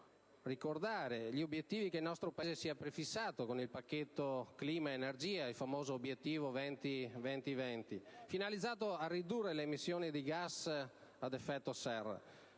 giusto ricordare gli obiettivi che il nostro Paese si è prefissato con il pacchetto clima-energia, il famoso obiettivo 20-20-20, finalizzato a ridurre le emissioni dei gas ad effetto serra.